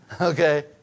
Okay